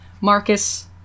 Marcus